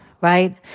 right